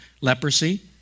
leprosy